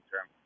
term